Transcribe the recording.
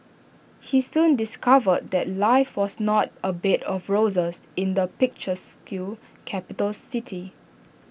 he soon discovered that life was not A bed of roses in the picturesque capital city